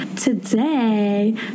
Today